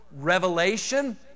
Revelation